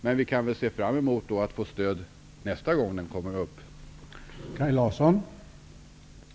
Men vi kan väl se fram emot att få stöd nästa gång en sådan motion kommer upp till behandling.